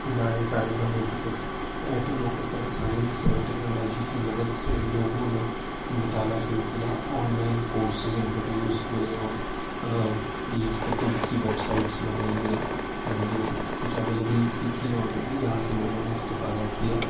ادارے سارے بند ہو چکے تھے تو ایسے موقعے پر سائنس اور ٹیکنالوجی کی مدد سے لوگوں نے مطالعہ شروع کیا آن لائن کورسز انٹروڈیوز ہوئے اور پی ڈی ایف کتب کی ویب سائٹس بنائی گئیں جو کچھ اویلیبل بھی تھیں آل ریڈی جہاں سے لوگوں نے استفادہ کیا